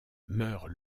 meurt